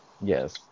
Yes